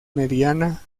mediana